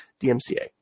DMCA